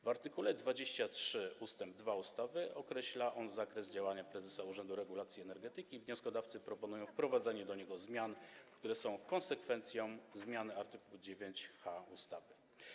W art. 23 ust. 2 ustawy - określa on zakres działania prezesa Urzędu Regulacji Energetyki - wnioskodawcy proponują wprowadzenie do niego zmian, które są konsekwencją zmian w art. 9h ustawy.